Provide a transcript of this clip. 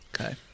Okay